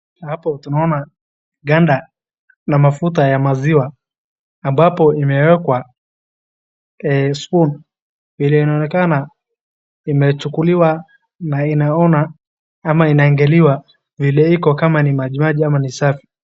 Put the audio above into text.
Hapo tunaona ganda la mafuta ya maziwa ambapo imewekwa spoon vile inaonekana imechukuliwa na inaonwa ama inaangaliwa vile iko kama ni majimaji ama ni safi.